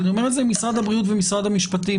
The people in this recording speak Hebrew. אבל אני אומר למשרד הבריאות ומשרד המשפטים,